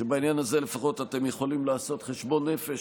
שבעניין הזה לפחות אתם יכולים לעשות חשבון נפש,